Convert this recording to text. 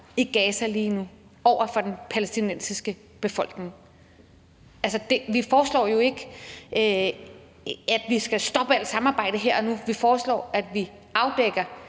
i Gaza lige nu over for den palæstinensiske befolkning. Altså, vi foreslår jo ikke, at vi skal stoppe alt samarbejde her og nu. Vi foreslår, at vi afdækker,